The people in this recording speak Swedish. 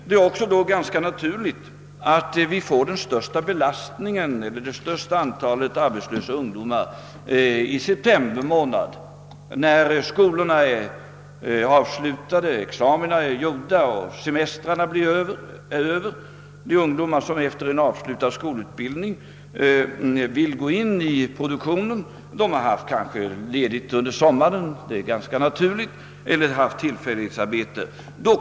Det är ganska naturligt att antalet arbetslösa ungdomar är störst i september, när skolorna har slutat, examina är klara och semestrarna är över. De ungdomar som efter avslutad skolutbildning vill gå in i produktionen har kanske haft ledigt under sommaren eller haft tillfällighetsarbeten.